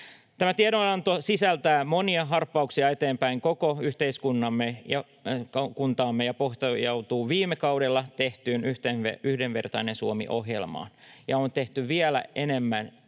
Tämä tiedonanto sisältää monia harppauksia eteenpäin koko yhteiskunnassamme ja pohjautuu viime kaudella tehtyyn Yhdenvertainen Suomi ‑ohjelmaan. Ja sen jälkeen on tehty vielä enemmän